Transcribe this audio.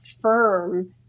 firm